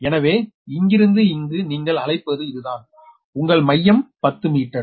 எனவே இங்கிருந்து இங்கு நீங்கள் அழைப்பது இதுதான் உங்கள் மையம் 10 மீட்டர்